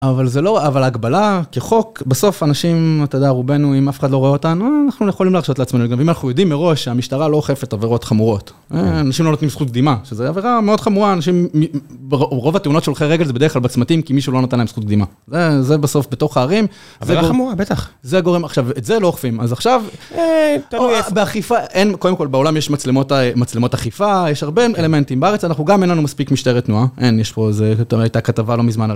אבל זה לא, אבל הגבלה כחוק, בסוף אנשים, אתה יודע, רובנו, אם אף אחד לא רואה אותנו, אנחנו יכולים להרשות לעצמנו, גם אם אנחנו יודעים מראש שהמשטרה לא אוכפת עבירות חמורות. אנשים לא נותנים זכות קדימה, שזה עבירה מאוד חמורה, אנשים, רוב התאונות של הולכי הרגל זה בדרך כלל בצמתים, כי מישהו לא נותן להם זכות קדימה. זה בסוף, בתוך הערים, זה עבירה חמורה, בטח. זה גורם, עכשיו, את זה לא אוכפים, אז עכשיו, באכיפה, קודם כל, בעולם יש מצלמות אכיפה, יש הרבה אלמנטים. בארץ, אנחנו גם אין לנו מספיק משטרת התנועה, אין, יש פה, זאת אומרת, הייתה כתבה לא מזמן על...